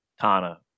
Tana